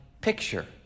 picture